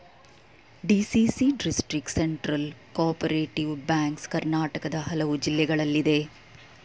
DCC district central cooperative banks ಕರ್ನಾಟಕದ ಹಲವು ಜಿಲ್ಲೆಗಳಲ್ಲಿದೆ